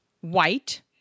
white